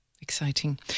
Exciting